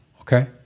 Okay